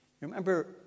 Remember